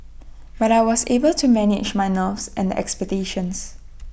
but I was able to manage my nerves and the expectations